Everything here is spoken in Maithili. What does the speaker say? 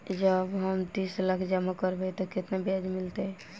जँ हम तीस लाख जमा करबै तऽ केतना ब्याज मिलतै?